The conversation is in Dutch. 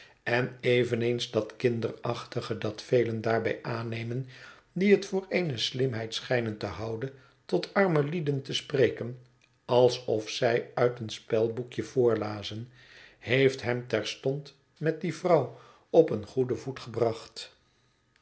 en eveneens dat kinderachtige dat velen daarbij aannemen die het voor eene slimheid schijnen te houden tot arme lieden te spreken alsof zij uit een spelboekje voorlazen heeft hem terstond met die vrouw op een goeden voet gebracht